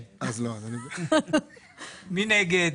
מי נגד,